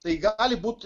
tai gali būt